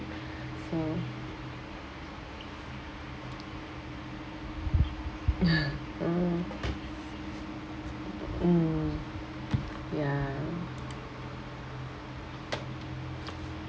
so uh mm ya